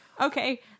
Okay